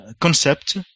concept